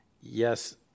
yes